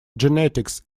genetics